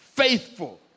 Faithful